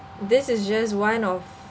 this is just one of